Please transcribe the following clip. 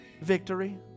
Victory